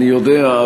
אני יודע,